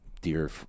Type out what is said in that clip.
dear